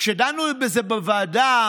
כשדנו בזה בוועדה,